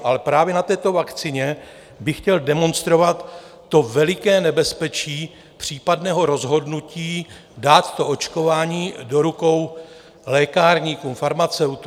Ale právě na této vakcíně bych chtěl demonstrovat veliké nebezpečí případného rozhodnutí dát očkování do rukou lékárníkům, farmaceutům.